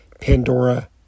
Pandora